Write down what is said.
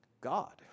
God